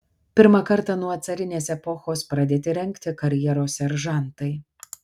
pirmą kartą nuo carinės epochos pradėti rengti karjeros seržantai